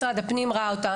משרד הפנים ראה אותה,